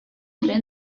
tren